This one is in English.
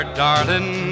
darling